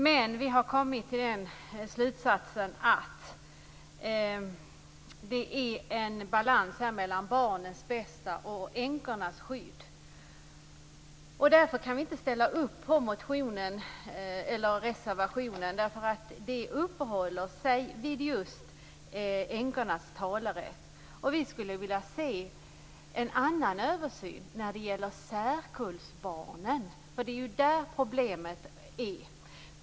Men vi har kommit till den slutsatsen att det är en balans mellan barnens bästa och änkornas skydd. Därför kan vi inte ställa upp på reservationen, eftersom den uppehåller sig vid just änkornas talerätt. Vi skulle vilja se en annan översyn när det gäller särkullbarnen. Det är ju där problemet ligger.